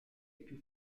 più